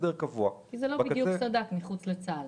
חידוש שלו --- כי זה לא בדיוק מחוץ לסד"כ צה"ל,